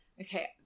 okay